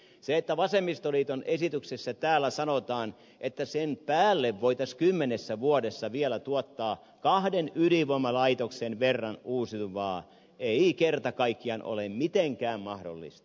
se että vasemmistoliiton esityksessä täällä sanotaan että sen päälle voitaisiin kymmenessä vuodessa vielä tuottaa kahden ydinvoimalaitoksen verran uusiutuvaa ei kerta kaikkiaan ole mitenkään mahdollista